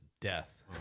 Death